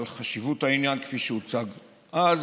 בגלל חשיבות העניין כפי שהוצג אז.